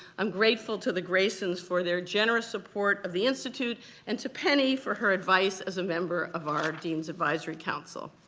i'm grateful to the graysons for their generous support of the institute and to penny for her advice as a member of our deans advisory council.